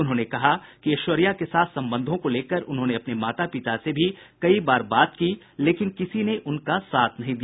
उन्होंने कहा कि ऐश्वर्या के साथ संबंधों को लेकर उन्होंने अपने माता पिता से भी कई बार बात की लेकिन किसी ने उसका साथ नहीं दिया